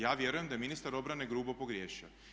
Ja vjerujem da je ministar obrane grubo pogriješio.